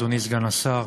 אדוני סגן השר,